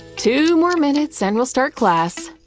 two more minutes and we'll start class.